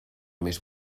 més